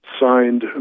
signed